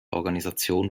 organisation